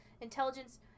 intelligence